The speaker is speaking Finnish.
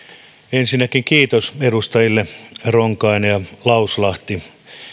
ensinnäkin kiitos edustajille ronkainen ja lauslahti